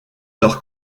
leur